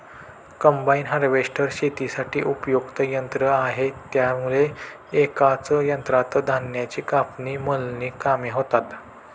combine harvester शेतीसाठी उपयुक्त यंत्र आहे त्यामुळे एकाच यंत्रात धान्याची कापणी, मळणी कामे होतात